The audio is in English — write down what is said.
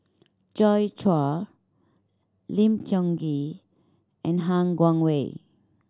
Joi Chua Lim Tiong Ghee and Han Guangwei